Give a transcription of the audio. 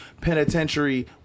Penitentiary